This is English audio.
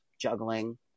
juggling